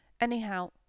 Anyhow